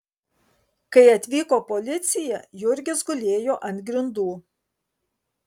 kai atvyko policija jurgis gulėjo ant grindų